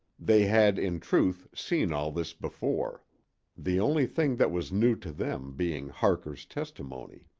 they had, in truth, seen all this before the only thing that was new to them being harker's testimony.